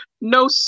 no